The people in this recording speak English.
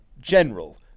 general